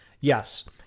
Yes